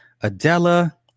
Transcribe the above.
Adela